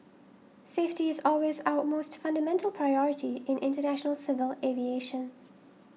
safety is always our most fundamental priority in international civil aviation